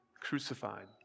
crucified